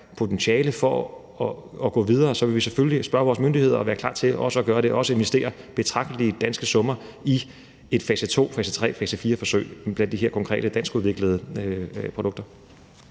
potentiale for at gå videre, vil vi selvfølgelig spørge vores myndigheder og være klar til at gøre det, også til at investere betragtelige danske summer i et fase to-, fase tre-, fase fire-forsøg blandt de her konkrete danskudviklede produkter.